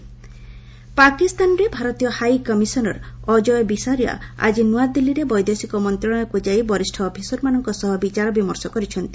Indian high commissioner ପାକିସ୍ତାନରେ ଭାରତୀୟ high commissioner Ajay Bisaria ଆଜି ନୂଆଦିଲ୍ଲୀରେ ବୈଦେଶିକ ମନ୍ତ୍ରଣାଳୟକୁ ଯାଇ ବରିଷ୍ଣ ଅଫିସରମାନଙ୍କ ସହ ବିଚାରବିମର୍ଶ କରିଛନ୍ତି